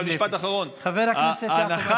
תודה, חבר הכנסת עמית הלוי.